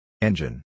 engine